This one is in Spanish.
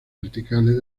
verticales